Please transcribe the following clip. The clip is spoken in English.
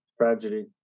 Tragedy